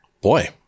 boy